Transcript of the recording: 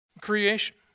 creation